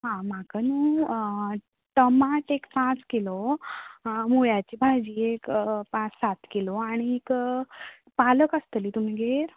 हा म्हाका नू टमाट एक पांच किलो मुळ्याची भाजी एक पांच सात किलो आनीक पालक आसतली तुमगेर